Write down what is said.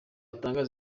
atanga